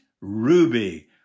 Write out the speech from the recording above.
Ruby